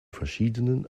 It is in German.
verschieden